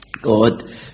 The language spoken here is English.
God